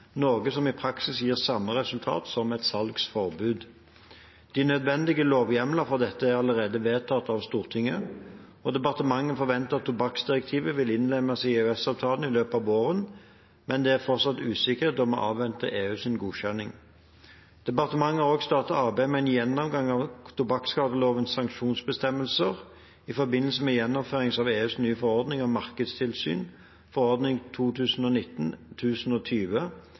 noe som i praksis gir samme resultat som et salgsforbud. De nødvendige lovhjemler for dette er allerede vedtatt av Stortinget. Departementet forventer at tobakksdirektivet vil innlemmes i EØS-avtalen i løpet av våren, men det er fortsatt usikkert, da vi avventer EUs godkjenning. Departementet har også startet arbeidet med en gjennomgang av tobakkskadelovens sanksjonsbestemmelser i forbindelse med gjennomføringen av EUs nye forordning om markedstilsyn, forordning